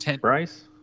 Bryce